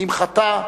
אם חטא,